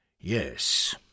yes